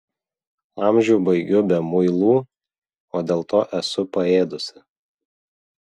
amžių baigiu be muilų o dėl to esu paėdusi